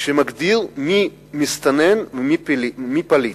של מי מסתנן ומי פליט.